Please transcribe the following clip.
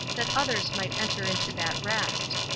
that others might enter into that rest.